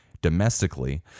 domestically